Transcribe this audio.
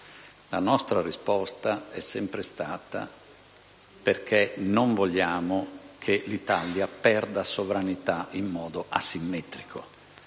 La nostra risposta è sempre stata: perché non vogliamo che l'Italia perda sovranità in modo asimmetrico.